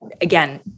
again